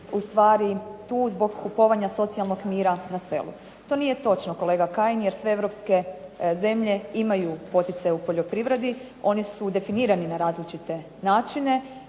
ustvari tu zbog kupovanja socijalnog mira na selu. To nije točno, kolega Kajin. Jer sve europske zemlje imaju poticaje u poljoprivredi. Oni su definirani na različite načine.